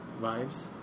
Vibes